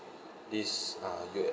this uh you